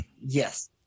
yes